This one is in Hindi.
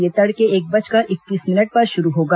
यह तड़के एक बजकर इकतीस मिनट पर शुरू होगा